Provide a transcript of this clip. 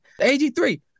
AG3